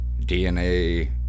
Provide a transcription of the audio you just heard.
DNA